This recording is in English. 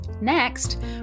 Next